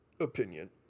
opinion